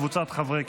אני קובע כי